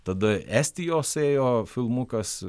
tada estijos ėjo filmukas